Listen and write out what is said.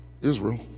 Israel